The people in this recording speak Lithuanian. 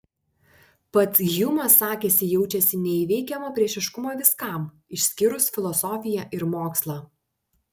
pats hjumas sakėsi jaučiasi neįveikiamą priešiškumą viskam išskyrus filosofiją ir mokslą